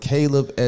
Caleb